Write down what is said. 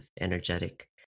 energetic